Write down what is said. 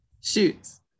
Shoots